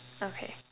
okay